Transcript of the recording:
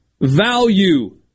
value